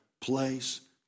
place